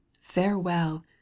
farewell